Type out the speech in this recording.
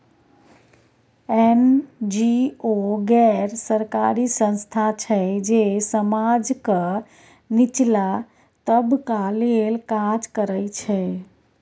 NGO गैर सरकारी संस्था छै जे समाजक निचला तबका लेल काज करय छै